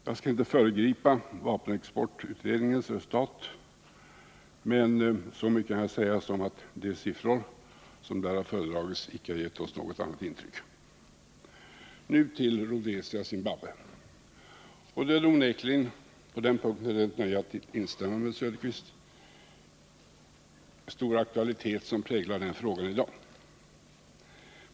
Jag skall inte föregripa vapenexportutredningens betänkande, men så mycket kan jag säga som att de siffror som där har föredragits inte har givit oss något annat intryck. Nu till frågan om Rhodesia-Zimbabwe: Det är onekligen, på den punkten är det ett nöje att instämma med herr Söderqvist, stor aktualitet som i dag präglar den frågan.